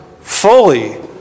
fully